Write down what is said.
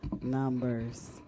Numbers